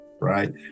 right